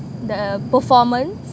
the performance